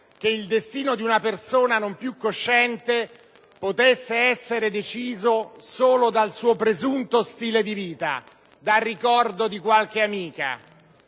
che il destino di una persona, non più cosciente, potesse essere deciso solo dal suo presunto stile di vita, dal ricordo di qualche amica;